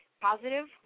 positive